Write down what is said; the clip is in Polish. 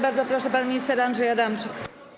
Bardzo proszę, pan minister Andrzej Adamczyk.